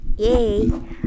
yay